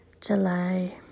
july